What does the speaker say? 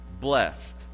blessed